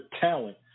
talent